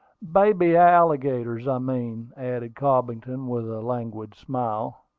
baby alligators, i mean, added cobbington, with a languid smile.